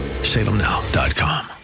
Salemnow.com